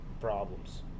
problems